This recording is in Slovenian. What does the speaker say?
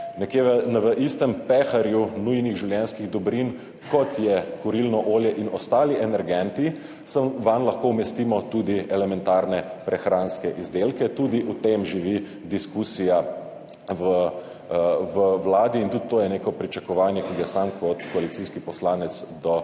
v isti pehar nujnih življenjskih dobrin, kot je kurilno olje in ostali energenti, lahko umestimo tudi elementarne prehranske izdelke, tudi o tem živi diskusija v Vladi in tudi to je neko pričakovanje, ki ga imam sam kot koalicijski poslanec do Vlade.